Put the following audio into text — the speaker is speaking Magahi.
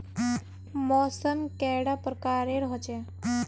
मौसम कैडा प्रकारेर होचे?